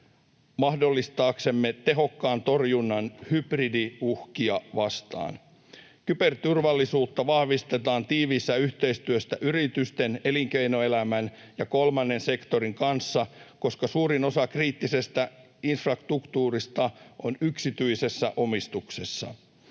mahdollistaaksemme tehokkaan torjunnan hybridiuhkia vastaan. Kyberturvallisuutta vahvistetaan tiiviissä yhteistyössä yritysten, elinkeinoelämän ja kolmannen sektorin kanssa, koska suurin osa kriittisestä infrastruktuurista on yksityisessä omistuksessa.